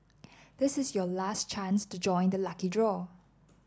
this is your last chance to join the lucky draw